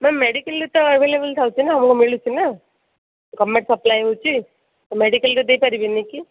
ma'am ମେଡିକାଲ୍ରେ ତ available ଥାଉଛି ନା ଆମକୁ ମିଳୁଛି ନା ଗଭର୍ଣ୍ଣମେଣ୍ଟ୍ ସପ୍ଲାଏ ହେଉଛି ତ ମେଡିକାଲ୍ରେ ଦେଇ ପାରିବେନି କି